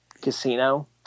Casino